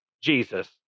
Jesus